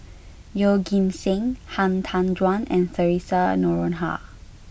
Yeoh Ghim Seng Han Tan Juan and Theresa Noronha